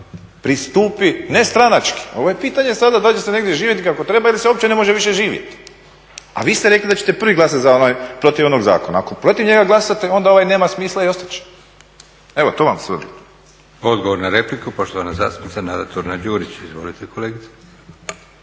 pristupi ne stranački, ovo je pitanje sada da li će se negdje živjeti kako treba ili se uopće više ne može živjeti. A vi ste rekli da ćete prvi glasati protiv onog zakona. Ako protiv njega glasate onda ovaj nema smisla i ostati će. Evo to vam .../Govornik se ne razumije./… **Leko, Josip (SDP)** Odgovor na repliku, poštovana zastupnica Nada Turina-Đurić, izvolite kolegice.